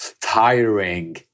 tiring